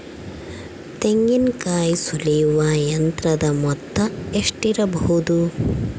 ತೆಂಗಿನಕಾಯಿ ಸುಲಿಯುವ ಯಂತ್ರದ ಮೊತ್ತ ಎಷ್ಟಿರಬಹುದು?